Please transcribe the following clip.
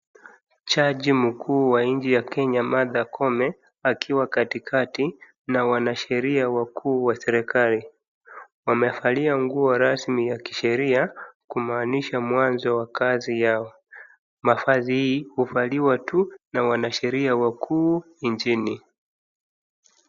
Jaji mkuu wa nchi ya Kenya Martha Koome akiwa katikati na wanasheria wakuu wa serikali. Wamevalia nguo rasmi ya kisheria, kumaanisha mwanzo wa kazi yao. Mavazi haya huvaliwa tu na wanasheria wakuu nchini.